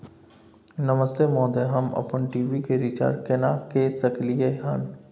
नमस्ते महोदय, हम अपन टी.वी के रिचार्ज केना के सकलियै हन?